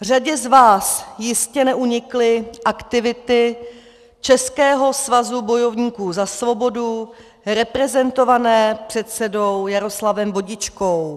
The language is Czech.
Řadě z vás jistě neunikly aktivity Českého svazu bojovníků za svobodu reprezentovaného předsedou Jaroslavem Vodičkou.